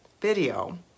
video